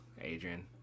Adrian